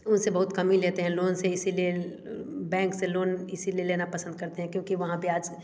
उनसे बहुत कम ही लेते हैं लोन से ही इसीलिए बैंक से लोन इसीलिए लेना पसंद करते हैं क्योंकि वहाँ ब्याज